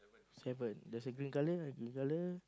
seven there's a green colour a green colour